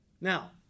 Now